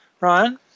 Ryan